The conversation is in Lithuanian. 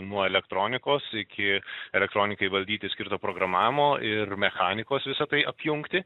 nuo elektronikos iki elektronikai valdyti skirto programavimo ir mechanikos visa tai apjungti